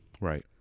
Right